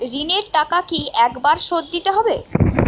ঋণের টাকা কি একবার শোধ দিতে হবে?